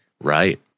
Right